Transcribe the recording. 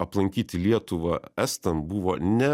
aplankyti lietuvą estam buvo ne